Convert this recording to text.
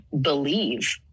believe